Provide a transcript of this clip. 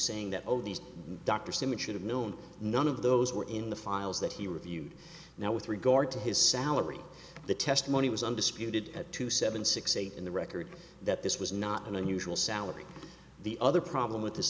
saying that all these dr simmons should have known none of those were in the files that he reviewed now with regard to his salary the testimony was undisputed at two seven six eight in the record that this was not an unusual salary the other problem with this